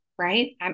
right